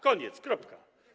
Koniec, kropka.